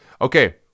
Okay